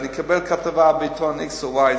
אני אקבל כתבה בעיתון x או y,